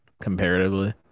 comparatively